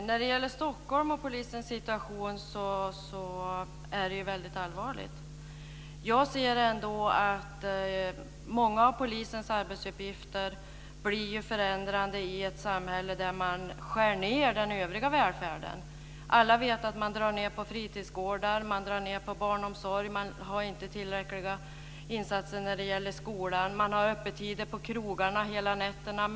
Herr talman! Polisens situation i Stockholm är väldigt allvarlig. Jag ser att många av polisens arbetsuppgifter blir förändrade i ett samhälle där man skär ned på den övriga välfärden. Alla vet att man drar ned på fritidsgårdar och på barnomsorg, att man inte gör tillräckliga insatser när det gäller skolan och att man har öppet hela nätterna på krogar.